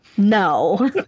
No